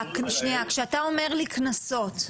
כשאתה אומר לי קנסות,